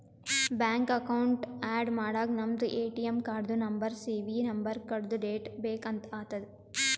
bank account add ಮಾಡಾಗ ನಮ್ದು ATM ಕಾರ್ಡ್ದು ನಂಬರ್ ಸಿ.ವಿ ನಂಬರ್ ಕಾರ್ಡ್ದು ಡೇಟ್ ಬೇಕ್ ಆತದ್